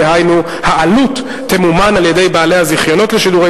דהיינו העלות תמומן על-ידי בעלי הזיכיונות לשידורי